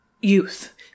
youth